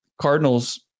Cardinals